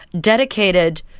dedicated